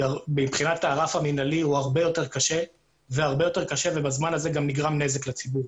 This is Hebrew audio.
מבחינת הרף המינהלי הוא הרבה יותר קשה ובזמן הזה גם נגרם נזק לציבור.